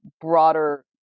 broader